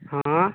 हँ